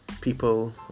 people